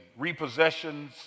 repossessions